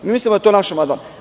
Mi mislimo da je to naš amandman.